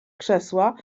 krzesła